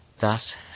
Thus